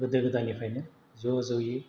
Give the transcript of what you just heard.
गोदो गोदायनिफ्रायनो ज' जयै